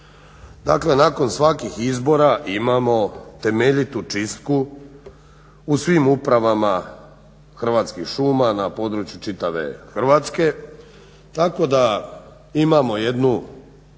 Dakle nakon svakih izbora imamo temeljitu čisku u svim upravama Hrvatskih šuma na području čitave Hrvatske tako da imamo jednu